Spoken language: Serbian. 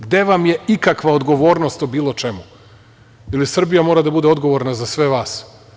Gde vam je ikakva odgovornost o bilo čemu ili Srbija mora da bude odgovorna za sve vas?